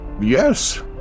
Yes